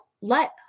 let